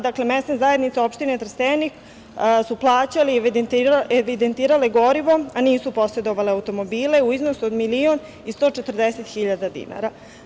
Dakle, mesne zajednice opštine Trstenik su plaćale i evidentirale gorivo, a nisu posedovale automobile, u iznosu od milion i 140 hiljada dinara.